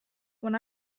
when